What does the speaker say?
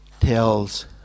tells